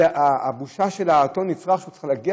זו הבושה של אותו נצרך שהוא צריך להגיע